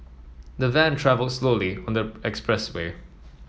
the van travelled slowly on the expressway